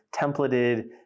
templated